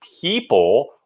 people